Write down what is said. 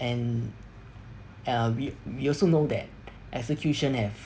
and uh we we also know that execution have